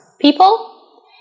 people